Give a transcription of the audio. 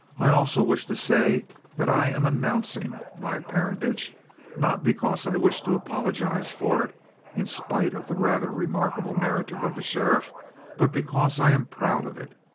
i also wish to say that i am announcing my parentage not because i wish to apologize for it in spite of the rather remarkable narrative of the sheriff but because i am proud of it.